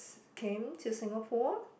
came to Singapore